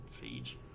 Siege